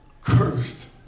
cursed